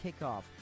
kickoff